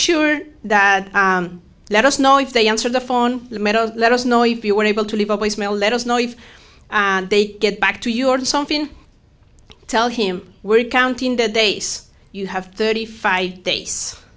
sure that let us know if they answer the phone the metal let us know if you were able to leave always mail let us know if they get back to you or something tell him we're counting the days you have thirty five da